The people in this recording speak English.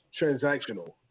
transactional